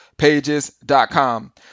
pages.com